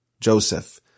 Joseph